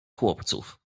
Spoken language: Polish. chłopców